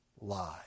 lie